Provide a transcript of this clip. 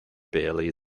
bailey